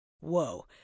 whoa